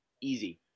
easy